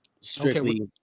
strictly